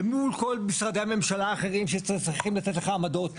ומול כל משרדי הממשלה האחרים שצריכים לתת לך עמדות.